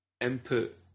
input